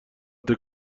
قدر